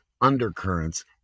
undercurrents